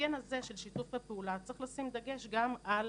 במאפיין הזה של שיתוף הפעולה, צריך לשים דגש גם על